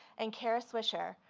and kara swisher,